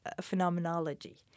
phenomenology